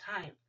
time